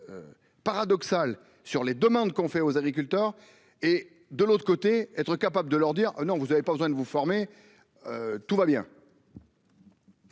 Paradoxal sur les demandes qu'on fait aux agriculteurs et de l'autre côté, être capable de leur dire non vous avez pas besoin de vous former. Tout va bien.--